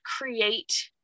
create